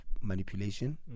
manipulation